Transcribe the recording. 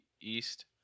east